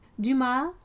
Dumas